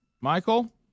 Michael